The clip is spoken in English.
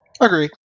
Agree